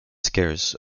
scarce